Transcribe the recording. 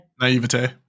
Naivete